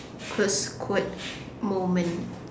close quote moment